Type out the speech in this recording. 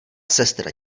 sestra